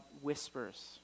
whispers